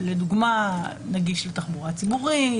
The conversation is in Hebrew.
לדוגמה נגישות לתחבורה ציבורית,